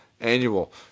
Annual